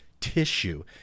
tissue